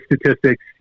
statistics